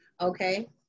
Okay